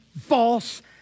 false